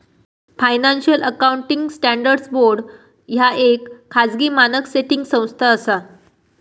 financial accounting standards board ह्या येक खाजगी मानक सेटिंग संस्था असा